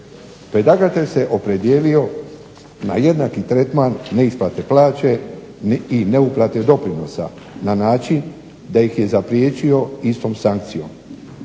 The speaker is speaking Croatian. Predlagatelj se opredijelio na jednaki tretman neisplate plaće i neuplate doprinosa na način da ih je zapriječio istom sankcijom.